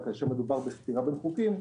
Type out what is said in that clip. אבל כאשר מדובר בסתירה בין חוקים,